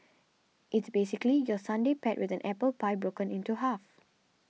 it's basically your sundae paired with an apple pie broken into half